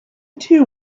two